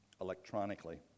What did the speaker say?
electronically